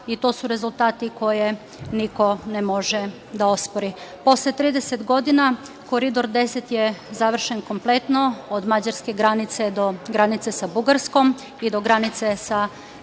i to su rezultati koje niko ne može da ospori. Posle 30 godina Koridor 10 je završen kompletno, od Mađarske granice do granice sa Bugarskom i do granice sa Severnom